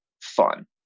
fun